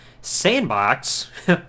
sandbox